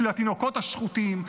של התינוקות השחוטים,